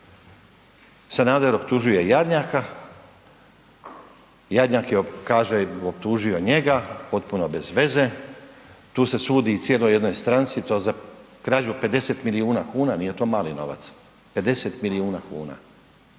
Sanader optužuje Jarnjaka, Jarnjak je kaže optužio njega potpuno bezveze, tu se sudi cijeloj jednoj stranci i to za krađu 50 milijuna kuna, nije to mali novac 50 milijuna kuna,